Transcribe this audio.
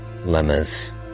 Lemma's